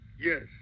Yes